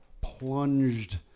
plunged